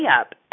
up